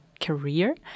career